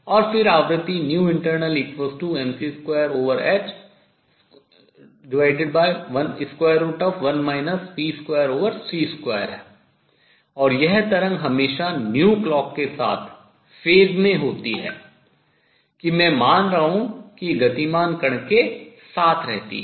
और फिर आवृत्ति internal mc2h1 v2c2 और यह तरंग हमेशा clock के साथ phase कला में होती है कि मैं मान रहा हूँ कि गतिमान कण के साथ रहती है